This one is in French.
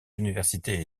universités